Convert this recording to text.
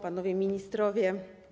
Panowie Ministrowie!